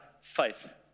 faith